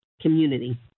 Community